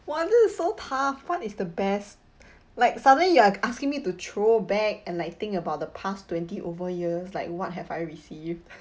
!wah! this is so tough what is the best like suddenly you're asking me to throw back and like think about the past twenty over years like what have I received